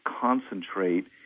concentrate